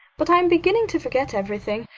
but i'm beginning to forget everything.